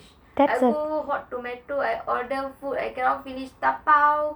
I hold what tomato I order food I cannot finish dabao